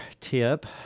tip